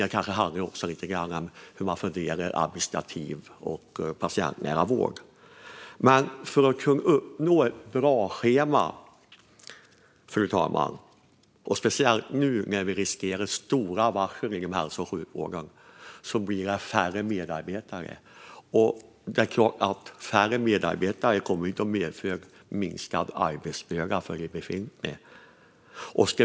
Det kanske också handlar lite grann om hur man fördelar administrativ och patientnära vård. Det handlar om att kunna uppnå ett bra schema, fru talman. Nu riskerar vi stora varsel inom hälso och sjukvården, och då kan det bli färre medarbetare. Det är klart att färre medarbetare inte kommer att medföra en minskad arbetsbörda för de befintliga medarbetarna.